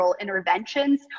interventions